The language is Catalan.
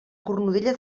cornudella